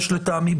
לטעמי,